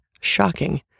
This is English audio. shocking